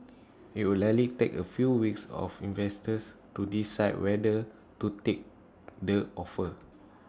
IT will likely take A few weeks of investors to decide whether to take the offer